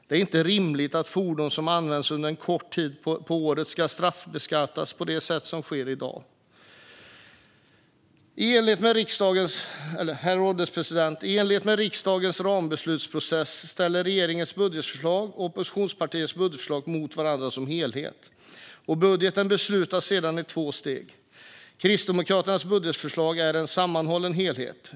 Det är inte rimligt att fordon som används under en kort tid på året ska straffbeskattas på det sätt som sker i dag. Herr ålderspresident! I enlighet med riksdagens rambeslutsprocess ställs regeringens budgetförslag och oppositionspartiernas budgetförslag mot varandra som helheter, och budgeten beslutas sedan i två steg. Kristdemokraternas budgetförslag är en sammanhållen helhet.